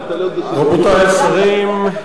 רבותי השרים,